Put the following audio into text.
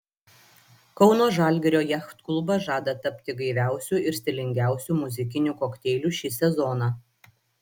kauno žalgirio jachtklubas žada tapti gaiviausiu ir stilingiausiu muzikiniu kokteiliu šį sezoną